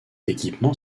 équipement